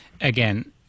again